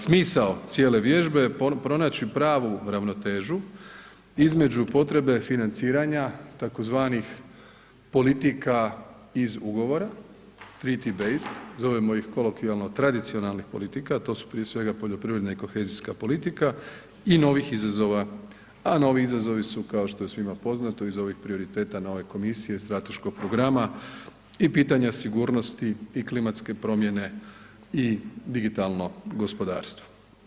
Smisao cijele vježbe je pronaći pravu ravnotežu između potrebe financiranja tzv. politika iz ugovora triti bejst, zovemo ih kolokvijalno tradicionalnih politika, a to su prije svega poljoprivredna i kohezijska politika i novih izazova, a novi izazovi su kao što je svima poznato iz ovih prioriteta nove komisije strateškog programa i pitanja sigurnosti i klimatske promjene i digitalno gospodarstvo.